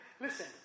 Listen